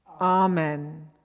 Amen